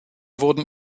wurden